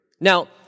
Now